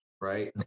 right